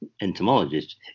entomologist